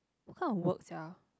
what kind of work sia